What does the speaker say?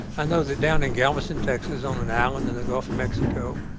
i know that down in galveston, texas on an island in the gulf of mexico,